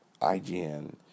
IGN